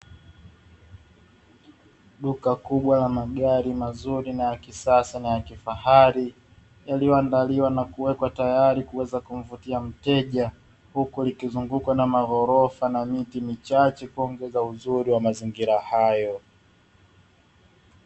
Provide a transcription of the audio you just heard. Duka kubwa la magari mazuri na ya kisasa na ya kifahari yaliyo andaliwa na kuwekwa tayari kuweza kumvutia mteja, huku liki zungukwa na magorofa na miti michache kuongeza uzuri wa mazingira hayo.